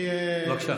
בבקשה.